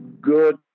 good